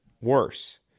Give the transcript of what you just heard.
worse